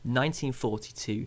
1942